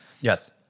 Yes